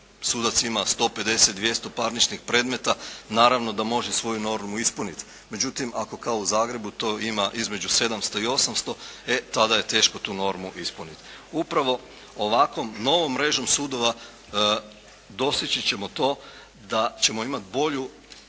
sudac ima 150, 200 parničnih predmeta naravno da može svoju normu ispuniti. Međutim, ako kao u Zagrebu to ima između 700 i 800 e tada je teško tu normu ispuniti. Upravo ovakvom novom mrežom sudova doseći ćemo to da ćemo imati bolju